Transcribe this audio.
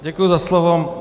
Děkuji za slovo.